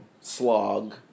slog